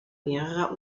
mehrerer